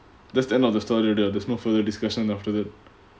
that's the end of the story already ah there's no further discussion after that